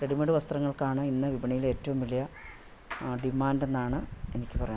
readymade വസ്ത്രങ്ങൾക്കാണ് ഇന്ന് വിപണയിൽ ഏറ്റോം വലിയ ഡിമാൻറ്റെന്നാണ് എനിക്ക് പറയാൻ